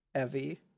Evie